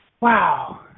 Wow